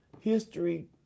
History